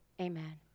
Amen